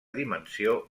dimensió